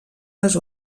les